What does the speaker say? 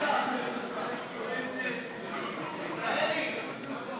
לדירה יחידה),